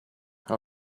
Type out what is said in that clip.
how